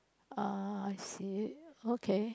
uh I see okay